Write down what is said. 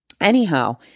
anyhow